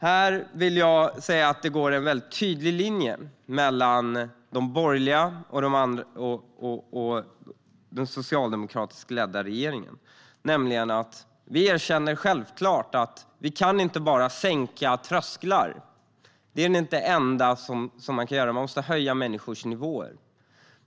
Här går det en tydlig linje mellan de borgerliga och den socialdemokratiskt ledda regeringen. Vi erkänner att man inte bara kan sänka trösklar. Man måste också höja människors nivåer.